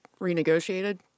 renegotiated